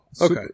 okay